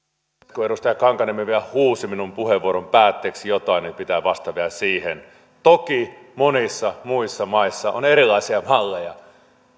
kun edustaja kankaanniemi vielä huusi minun puheenvuoroni päätteeksi jotain niin pitää vastata vielä siihen toki monissa muissa maissa on erilaisia malleja